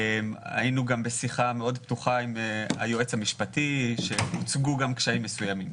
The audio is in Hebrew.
היינו גם בשיחה מאוד פתוחה עם היועץ המשפטי והוצגו גם קשיים מסוימים.